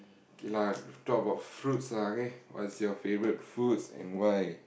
okay lah talk about fruits lah okay what is your favourite fruits and why